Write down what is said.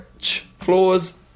floors